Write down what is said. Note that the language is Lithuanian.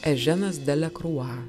eženas delekrua